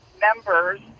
members